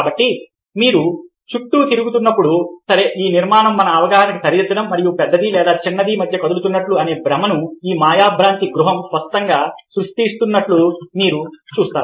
కాబట్టి మీరు చుట్టూ తిరుగుతున్నప్పుడు సరే ఈ నిర్మాణం మన అవగాహనను సరిదిద్దడం మరియు పెద్దది లేదా చిన్నది మధ్య కదులుతున్నట్లు అనే భ్రమను ఈ మాయా భ్రాంతి గృహం స్పష్టంగా సృష్టించినట్లు మీరు చూస్తారు